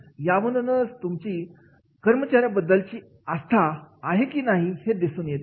यामधूनच तुमची कर्मचाऱ्या बद्दलची आस्था आहे की नाही नाही ते दिसून येते